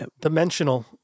Dimensional